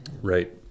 Right